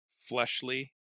fleshly